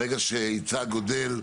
ברגע שההיצע גדל,